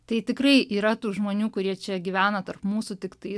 tai tikrai yra tų žmonių kurie čia gyvena tarp mūsų tiktai